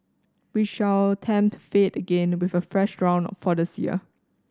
we shall tempt fate again with a fresh round for this year